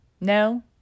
No